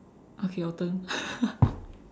okay your turn